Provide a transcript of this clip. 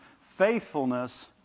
Faithfulness